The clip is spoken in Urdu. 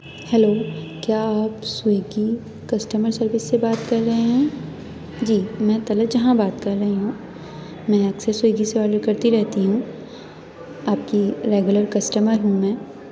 ہلو کیا آپ سویگی کسٹمر سروس سے بات کر رہے ہیں جی میں طلعت جہاں بات کر رہی ہوں میں اکثر سویگی سے آڈر کرتی رہتی ہوں آپ کی ریگولر کسٹمر ہوں میں